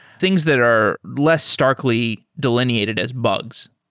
things that are less starkly delineated as bugs.